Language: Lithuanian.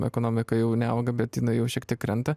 ekonomika jau neauga bet jinai jau šiek tiek krenta